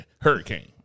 Hurricane